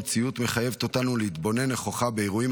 המציאות מחייבת אותנו להתבונן נכוחה באירועים